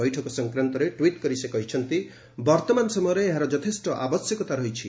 ବୈଠକ ସଫକ୍ରାନ୍ତରେ ଟ୍ୱିଟ୍ କରି ସେ କହିଛନ୍ତି ବର୍ତ୍ତମାନ ସମୟରେ ଏହାର ଯଥେଷ୍ଟ ଆବଶ୍ୟକତା ରହିଛି